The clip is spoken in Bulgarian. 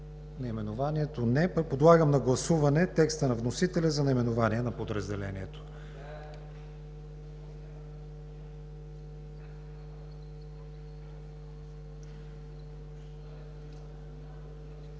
наименованието? Няма. Подлагам на гласуване текста на вносителя за наименованието на подразделението.